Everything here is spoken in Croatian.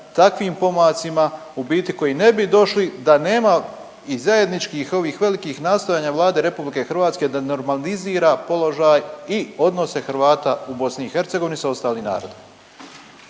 takvim pomacima u biti koji ne bi došli da nema i zajedničkih ovih velikih nastojanja Vlade RH da normalizira položaj i odnose Hrvata u BiH s ostalim narodima.